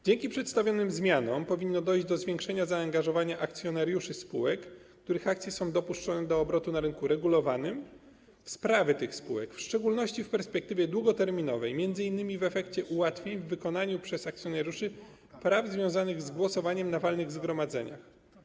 Dzięki przedstawionym zmianom powinno dojść do zwiększenia zaangażowania akcjonariuszy spółek, których akcje są dopuszczone do obrotu na rynku regulowanym, w sprawy tych spółek, w szczególności w perspektywie długoterminowej, m.in. w efekcie ułatwień w wykonywaniu przez akcjonariuszy praw związanych z głosowaniem na walnych zgromadzeniach.